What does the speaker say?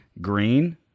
Green